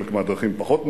חלק מהדרכים פחות מוכרות,